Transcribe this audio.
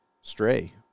stray